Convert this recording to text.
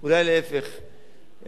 שר הפנים לשעבר,